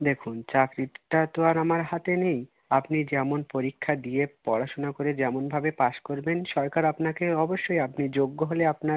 দেখুন চাকরিটা তো আর আমার হাতে নেই আপনি যেমন পরীক্ষা দিয়ে পড়াশোনা করে যেমন ভাবে পাশ করবেন সরকার আপনাকে অবশ্যই আপনি যোগ্য হলে আপনার